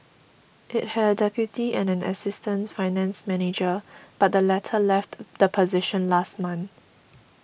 it had a deputy and an assistant finance manager but the latter left the position last month